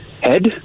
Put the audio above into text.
head